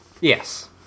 Yes